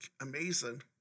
amazing